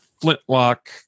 flintlock